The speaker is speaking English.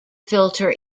filter